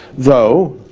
though